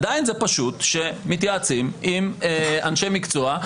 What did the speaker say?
עדיין זה פשוט שמתייעצים עם אנשי מקצוע.